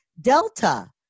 delta